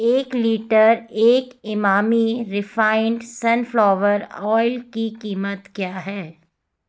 एक litre Emami refined sunflower oil की कीमत क्या है